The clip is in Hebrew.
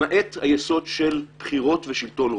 למעט היסוד של בחירות ושלטון רוב.